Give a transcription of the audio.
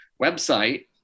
website